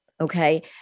Okay